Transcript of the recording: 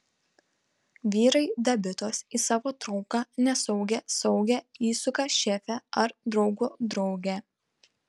vyrai dabitos į savo trauką nesaugią saugią įsuka šefę ar draugo draugę